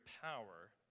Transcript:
power